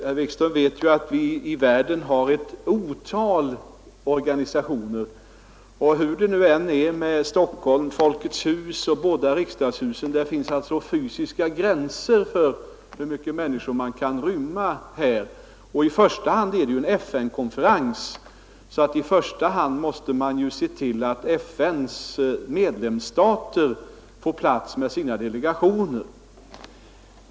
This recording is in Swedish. Herr Wikström vet ju att vi i världen har ett otal organisationer. Hur det än är med Stockholms möjligheter — Folkets hus och de båda riksdagshusen — så finns det fysiska gränser för hur mycket människor lokalerna kan rymma. I första hand är det en FN-konferens, varför man främst måste se till att FN:s medlemsstater får plats med sina delegationer.